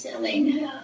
Selling